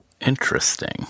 Interesting